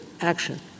action